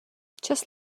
čas